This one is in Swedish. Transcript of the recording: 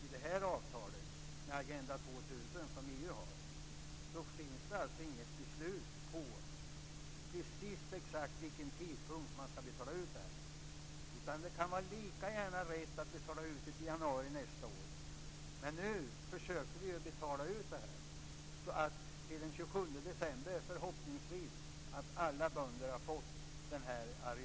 I det här avtalet med Agenda 2000, som EU har, finns det alltså inget beslut på precis exakt vilken tidpunkt man ska betala ut det här. Det kan vara lika rätt att betala ut det i januari nästa år. Men nu försöker vi betala ut det här så att alla bönder förhoppningsvis har fått den här arealersättningen till den 27 december.